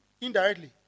indirectly